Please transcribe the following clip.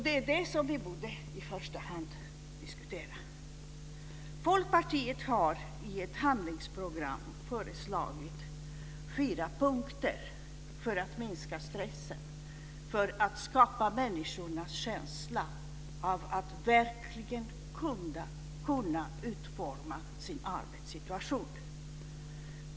Det är det som vi i första hand borde diskutera. Folkpartiet har i ett handlingsprogram föreslagit fyra punkter för att minska stressen och ge människorna en känsla av att verkligen kunna utforma sin arbetssituation.